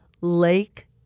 Lake